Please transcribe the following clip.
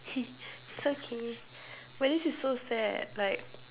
it's okay but this is so sad like